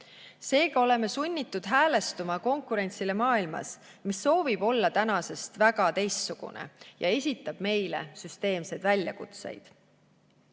Seega oleme sunnitud häälestuma konkurentsile maailmas, mis soovib olla tänasest väga teistsugune ja esitab meile süsteemseid väljakutseid.